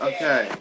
Okay